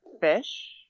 fish